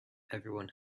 everyone